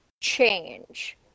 change